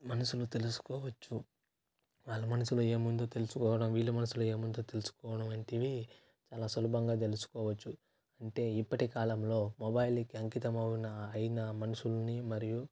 మనసులు తెలుసుకోవచ్చు వాళ్ళ మనసులో ఏముందో తెలుసుకోవడం వీళ్ళ మనసులో ఏముందో తెలుసుకోవడం వంటివి చాలా సులభంగా తెలుసుకోవచ్చు అంటే ఇప్పటి కాలంలో మొబైల్కి అంకితం అవున అయినా మనుషుల్ని మరియు